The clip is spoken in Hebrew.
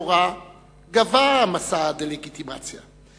לכאורה גווע מסע הדה-לגיטימציה,